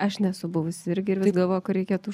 aš nesu buvusi irgi ir vis galvoju kad reikėtų užsukt